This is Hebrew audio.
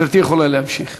גברתי יכולה להמשיך.